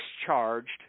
discharged